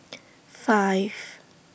five